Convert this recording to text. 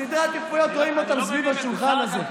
סדרי העדיפויות, רואים אותם סביב השולחן הזה.